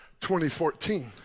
2014